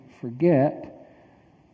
forget